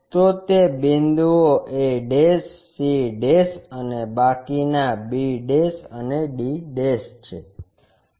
તો તે બિંદુઓ a c અને બાકીના b અને d છે